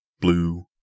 blue